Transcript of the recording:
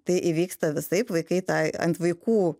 tai įvyksta visaip vaikai tai ant vaikų